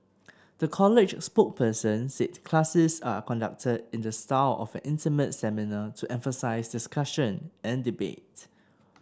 the college's spokesperson said classes are conducted in the style of an intimate seminar to emphasise discussion and debate